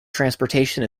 transportation